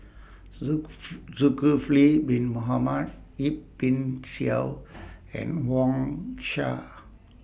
Zulkifli Bin Mohamed Yip Pin Xiu and Wang Sha